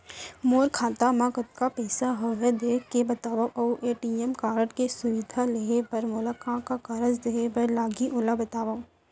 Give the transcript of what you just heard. मोर खाता मा कतका पइसा हवये देख के बतावव अऊ ए.टी.एम कारड के सुविधा लेहे बर मोला का का कागज देहे बर लागही ओला बतावव?